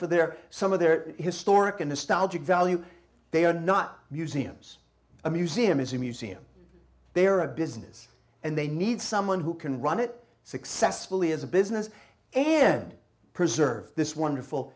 for their some of their historic in the style value they are not museums a museum is a museum they are a business and they need someone who can run it successfully as a business and preserve this wonderful